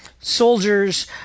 soldiers